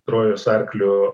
trojos arkliu